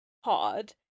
hard